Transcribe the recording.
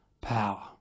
power